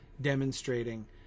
demonstrating